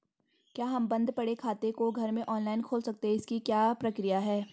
क्या हम बन्द पड़े खाते को घर में ऑनलाइन खोल सकते हैं इसकी क्या प्रक्रिया है?